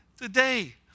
today